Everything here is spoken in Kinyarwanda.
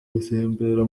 gutembera